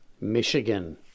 Michigan